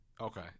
Okay